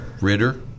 Ritter